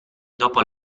dopo